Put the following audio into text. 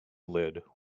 lid